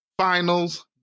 Finals